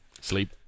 Sleep